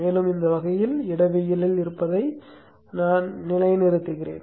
மேலும் இந்த வகையான இடவியலில் இருப்பதையும் நான் நிலைநிறுத்துகிறேன்